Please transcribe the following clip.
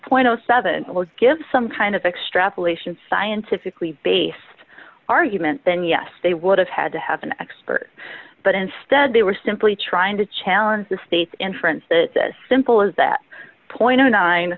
point seven will give some kind of extrapolation scientifically based argument then yes they would have had to have an expert but instead they were simply trying to challenge the state's inference that simple as that point nine